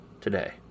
today